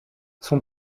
son